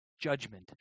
judgment